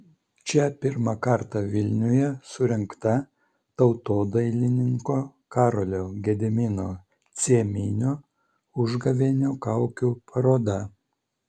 čia pirmą kartą vilniuje surengta tautodailininko karolio gedimino cieminio užgavėnių kaukių paroda